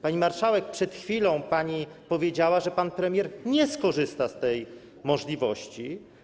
Pani marszałek, przed chwilą pani powiedziała, że pan premier nie skorzysta z tej możliwości.